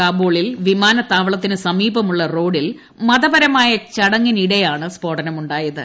കാബൂളിൽ വിമാനത്താവളത്തിന് സമീപമുള്ള റോഡിൽ മതപരമായ ചടങ്ങിനിടെയാണ് സ്ഫോടനമുണ്ടായത്